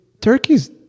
Turkeys